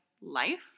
life